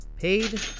Paid